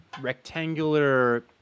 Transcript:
rectangular